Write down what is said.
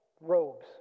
robes